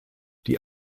die